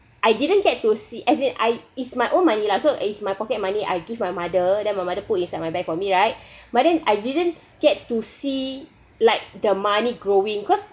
I didn't get to see as in I it's my own money lah so it's my pocket money I give my mother then my mother put inside my bank for me right but then I didn't get to see like the money growing cause